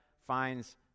finds